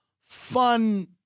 fun